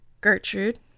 Gertrude